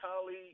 colleague